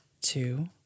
two